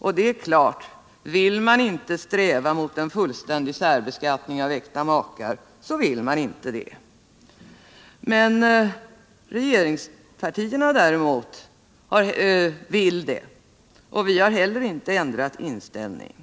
Och det är klart, vill man inte sträva mot en fullständig särbeskattning av äkta makar så vill man inte. Regeringspartierna däremot vill det, och vi har inte heller ändrat inställning.